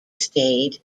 stayed